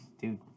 dude